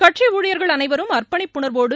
கட்சி ஊழியர்கள் அனைவரும் அர்ப்பணிப்பு உணர்வோடு